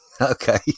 Okay